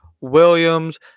Williams